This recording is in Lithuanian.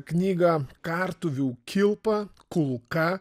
knygą kartuvių kilpa kulka